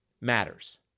matters